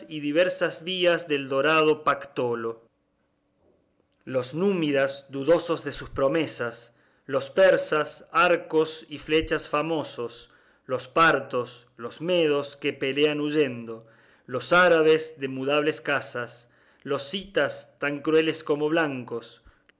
y diversas vías al dorado pactolo